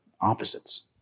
opposites